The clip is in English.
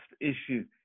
issue